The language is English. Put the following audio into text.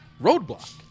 Roadblock